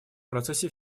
процессе